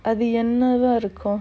அது என்னவா இருக்கு:athu ennavaa irukku